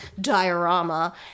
diorama